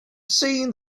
seen